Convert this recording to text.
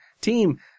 team